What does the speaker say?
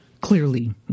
clearly